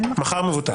מחר מבוטל.